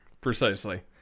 Precisely